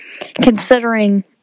considering